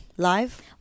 Live